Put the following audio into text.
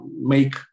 make